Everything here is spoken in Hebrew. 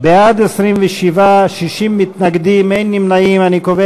מנהיגים כעת את האופוזיציה, ואיננו חלק